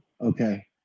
Okay